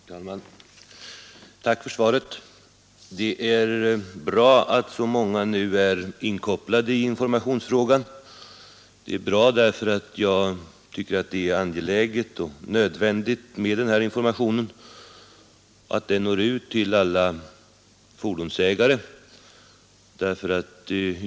Herr talman! Tack för svaret. Det är bra att så många nu är inkopplade i informationsfrågan därför att det är angeläget, ja nödvändigt att den här informationen når ut till alla fordonsägare.